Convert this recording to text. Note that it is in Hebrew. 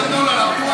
אדוני.